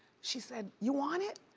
she said, you want it?